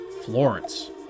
Florence